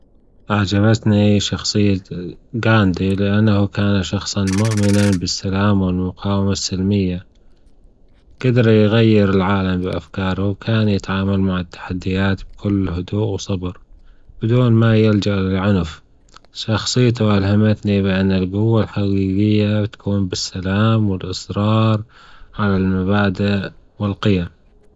أعجبتني شخصية جاندي لأنه كان شخصا مؤمنا بالسلام والمقاومة السلمية، جدر يغير العالم بأفكاره وكان يتعامل مع التحديات بكل هدوء وصبر، بدون ما يلجأ للعنف، شخصيته ألهمتني بأن الجوة الحجيجة تكون بالسلام والإصرار على المبادئ والقيم.